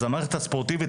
המערכת הספורטיבית,